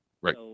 Right